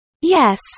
Yes